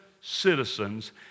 citizens